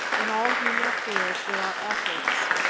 in all human affairs there are efforts,